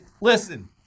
listen